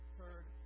Third